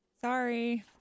Sorry